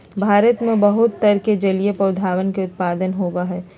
भारत में बहुत तरह के जलीय पौधवन के उत्पादन होबा हई